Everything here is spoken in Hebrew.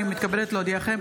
אני מתכבדת להודיעכם,